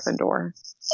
Gryffindor